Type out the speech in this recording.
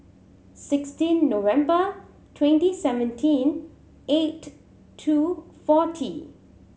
sixteen November twenty seventeen eight two forty